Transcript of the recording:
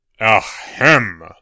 Ahem